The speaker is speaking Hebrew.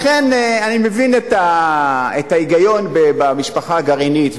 לכן אני מבין את ההיגיון במשפחה גרעינית,